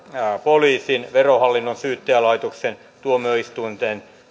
poliisin verohallinnon syyttäjälaitoksen tuomioistuinten